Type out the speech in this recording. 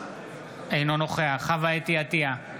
אינו נוכח חוה אתי עטייה,